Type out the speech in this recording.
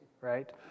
right